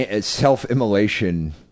self-immolation